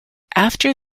after